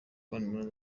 cyane